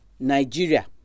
nigeria